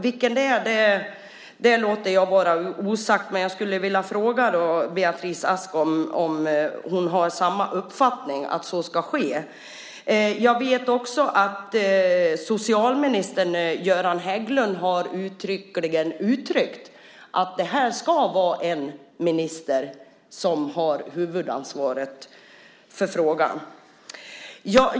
Vilken det är låter jag vara osagt, men jag skulle vilja fråga Beatrice Ask om hon har samma uppfattning. Jag vet att också socialminister Göran Hägglund uttryckligen har uttryckt att det ska vara en minister som har huvudansvaret för frågan.